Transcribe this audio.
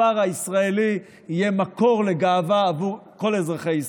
הספר הישראלי יהיה מקור לגאווה בעבור כל אזרחי ישראל.